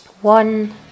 one